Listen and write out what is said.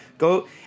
Go